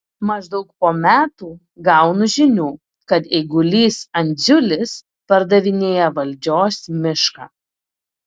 maždaug po metų gaunu žinių kad eigulys andziulis pardavinėja valdžios mišką